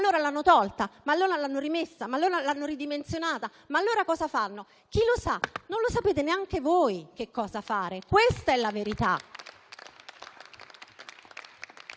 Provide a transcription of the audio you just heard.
l'hanno tolta? Ma allora l'hanno rimessa? Ma allora l'hanno ridimensionata? Ma allora cosa fanno?». Chi lo sa? Non sapete neanche voi che cosa fare, questa è la verità.